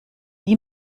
wie